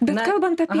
bet kalbant apie